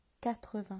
Quatre-vingt